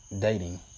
Dating